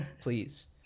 Please